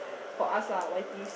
for us lah why peace